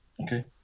Okay